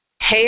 Hey